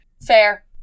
Fair